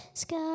sky